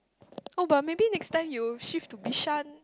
oh but maybe next time you shift to Bishan